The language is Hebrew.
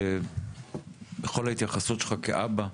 שבכל ההתייחסות שלך כאבא,